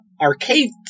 arcades